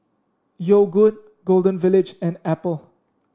Yogood Golden Village and Apple